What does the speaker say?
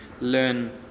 learn